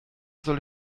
soll